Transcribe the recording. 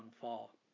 fall